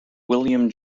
william